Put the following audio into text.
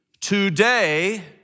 today